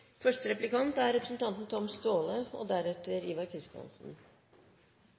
Første taler er representanten Tom